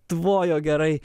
tvojo gerai